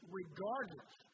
regardless